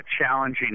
challenging